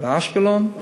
לאשקלון.